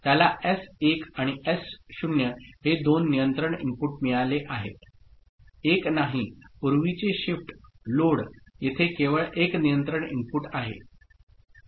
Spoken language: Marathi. त्याला एस 1 आणि एस 0 हे दोन नियंत्रण इनपुट मिळाले आहेत एक नाही पूर्वीचे शिफ्ट लोड येथे केवळ एक नियंत्रण इनपुट आहे